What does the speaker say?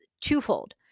twofold